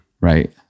right